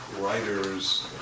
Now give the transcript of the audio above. writers